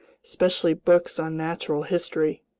especially books on natural history.